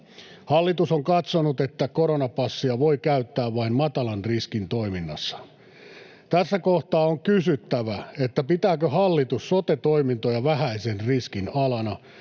Hallitus on katsonut, että koronapassia voi käyttää vain matalan riskin toiminnassa. Tässä kohtaa on kysyttävä: pitääkö hallitus sote-toimintoja vähäisen riskin alana,